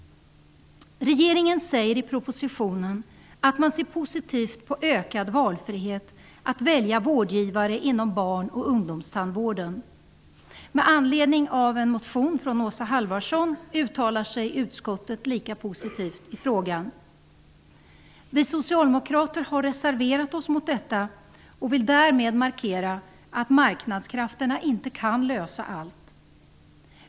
Regeringen säger i propositionen att man ser positivt på ökad frihet att välja vårdgivare inom barn och ungdomstandvården. Med anledning av en motion från Isa Halvarsson uttalar sig utskottet lika positivt i frågan. Vi socialdemokrater har reserverat oss mot detta och vill därmed markera att marknadskrafterna inte kan lösa allt.